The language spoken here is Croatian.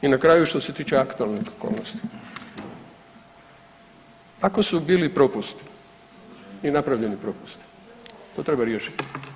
I na kraju što se tiče aktualnih okolnosti, ako su bili propusti i napravljeni propusti, to treba riješiti.